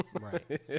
Right